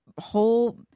whole